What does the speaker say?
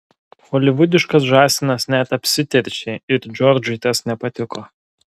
holivudiškas žąsinas net apsiteršė ir džordžui tas nepatiko